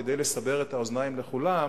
כדי לסבר את האוזניים לכולם,